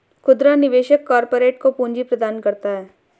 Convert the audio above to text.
खुदरा निवेशक कारपोरेट को पूंजी प्रदान करता है